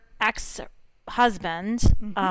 ex-husband